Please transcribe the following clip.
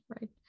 right